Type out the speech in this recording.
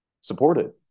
supported